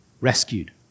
rescued